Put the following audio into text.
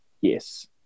yes